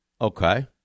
Okay